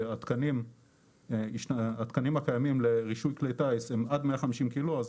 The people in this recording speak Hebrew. שהתקנים הקיימים לרישוי כלי טיס הם עד 150 ק"ג.